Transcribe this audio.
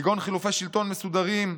כגון חילופי שלטון מסודרים,